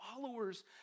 followers